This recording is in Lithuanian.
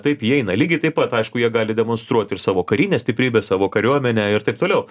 taip įeina lygiai taip pat aišku jie gali demonstruot ir savo karinę stiprybę savo kariuomenę ir taip toliau